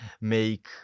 make